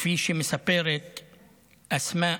כפי שמספרת אסמע,